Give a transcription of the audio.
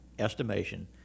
Estimation